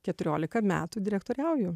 keturioliką metų direktoriauju